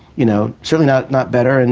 you know. certainly not not better, and